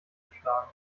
geschlagen